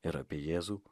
ir apie jėzų